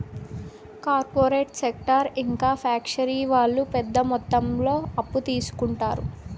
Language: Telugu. కార్పొరేట్ సెక్టార్ ఇంకా ఫ్యాక్షరీ వాళ్ళు పెద్ద మొత్తంలో అప్పు తీసుకుంటారు